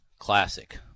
Classic